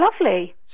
Lovely